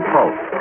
Pulse